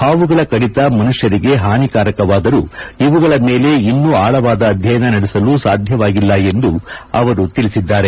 ಹಾವುಗಳ ಕಡಿತ ಮನುಷ್ಕರಿಗೆ ಹಾನಿಕಾರಕವಾದರೂ ಇವುಗಳ ಮೇಲೆ ಇನ್ನೂ ಆಳವಾದ ಅಧ್ಯಯನ ನಡೆಸಲು ಸಾಧ್ಯವಾಗಿಲ್ಲ ಎಂದು ಅವರು ತಿಳಿಸಿದ್ದಾರೆ